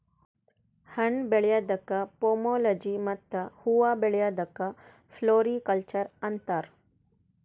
ಹಣ್ಣ್ ಬೆಳ್ಯಾದಕ್ಕ್ ಪೋಮೊಲೊಜಿ ಮತ್ತ್ ಹೂವಾ ಬೆಳ್ಯಾದಕ್ಕ್ ಫ್ಲೋರಿಕಲ್ಚರ್ ಅಂತಾರ್